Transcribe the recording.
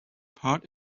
part